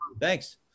Thanks